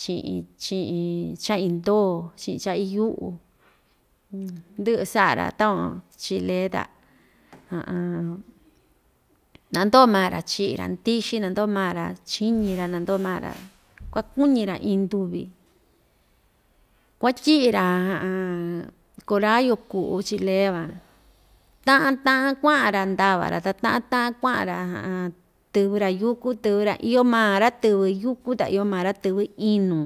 chi'in chi'in cha‑indoo chi'in cha‑iyu'u ndɨ'ɨ sa'a‑ra takuan chi'in lee ta na‑ndoo maa‑ra chi'i‑ra ndixi na‑ndoo maa‑ra chíñi‑ra na‑ndoo maa‑ra kuakuñi‑ra iin nduvi, kuatyi'i‑ra kora yo'o ku'u chii lee van ta'an ta'an kua'an‑ra ndava‑ra ta ta'an ta'an kua'an‑ra tɨvɨ‑ra yúku tɨvɨ‑ra iyo maa ra‑tɨvɨ yúku ta iyo maa ra‑tɨvɨ inu.